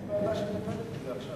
יש ועדה שמטפלת בזה עכשיו.